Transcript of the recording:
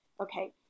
Okay